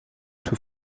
two